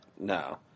No